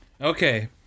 Okay